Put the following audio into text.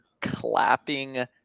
clapping